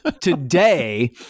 today